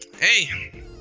Hey